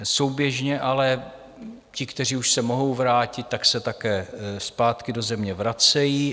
Souběžně ale ti, kteří už se mohou vrátit, tak se také zpátky do země vrací.